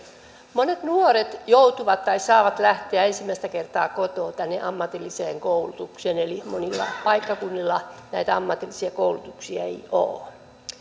monet nuoret saavat lähteä ensimmäistä kertaa kotoaan ammatilliseen koulutukseen eli monilla paikkakunnilla näitä ammatillisia koulutuksia ei ole